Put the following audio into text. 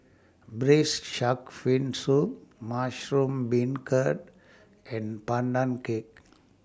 Braised Shark Fin Soup Mushroom Beancurd and Pandan Cake